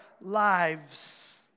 lives